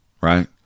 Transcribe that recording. right